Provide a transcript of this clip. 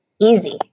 easy